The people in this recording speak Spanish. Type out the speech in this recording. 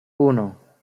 uno